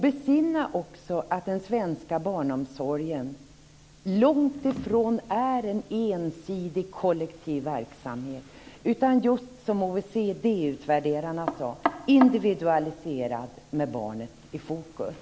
Besinna också att den svenska barnomsorgen långt ifrån är en ensidig kollektiv verksamhet utan just, som OECD-utvärderarna sade, individualiserad med barnet i fokus.